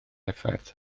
effaith